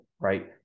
Right